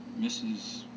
mrs